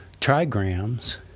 trigrams